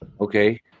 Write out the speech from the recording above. okay